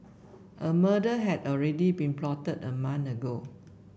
a murder had already been plotted a month ago